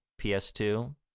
PS2